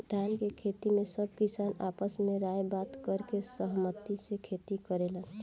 धान के खेती में सब किसान आपस में राय बात करके सहमती से खेती करेलेन